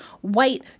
white